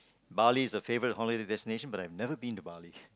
Bali is the favorite holiday destination but I've never been to Bali